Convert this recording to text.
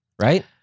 right